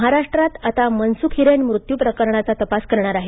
महाराष्ट्रात आता मनसुख हिरेन मृत्यू प्रकरणाचा तपास करणार आहे